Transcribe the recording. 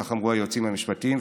כך אמרו היועצים המשפטיים,